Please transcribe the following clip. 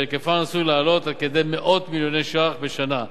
שהיקפן עשוי לעלות עד כדי מאות מיליוני שקלים בשנה,